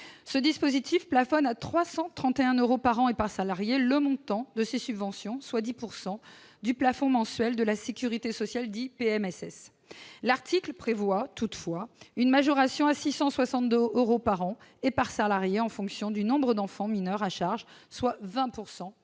Ce dispositif plafonne à 331 euros par an et par salarié le montant de ces subventions, soit 10 % du plafond mensuel de la sécurité sociale, le PMSS. L'article prévoit toutefois une majoration à 662 euros par an et par salarié en fonction du nombre d'enfants mineurs à charge, soit 20